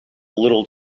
little